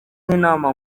inama